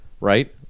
Right